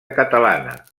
catalana